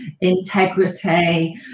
integrity